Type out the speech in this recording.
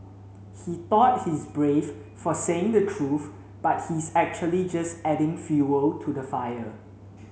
he thought he's brave for saying the truth but he's actually just adding fuel to the fire